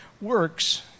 works